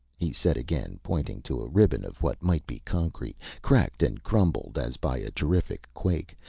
he said again, pointing to a ribbon of what might be concrete, cracked and crumpled as by a terrific quake,